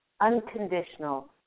unconditional